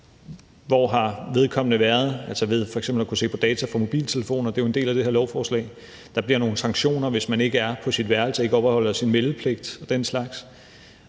hvor vedkommende har været, altså ved f.eks. at kunne se på data fra mobiltelefoner – det er jo en del af det her lovforslag. Der bliver nogle sanktioner, hvis man ikke er på sit værelse, ikke overholder sin meldepligt og den slags,